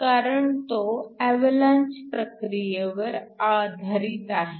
कारण तो अव्हलॉन्च प्रक्रियेवर आधारित आहे